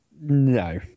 No